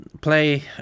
play